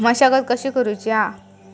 मशागत कशी करूची हा?